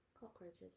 Cockroaches